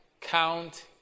count